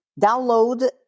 download